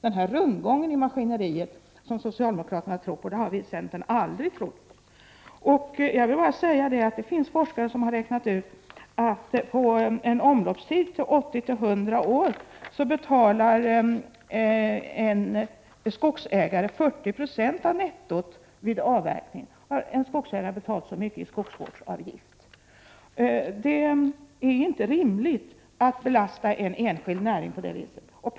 Denna rundgång i maskineriet som socialdemokraterna tror på har vi i centern aldrig trott på. Det finns forskare som räknat ut att på en omloppstid av 80—100 år betalar en skogsägare 40 260 av nettot vid avverkning i skogsvårdsavgifter. Det är inte rimligt att belasta en enskild näring på det viset.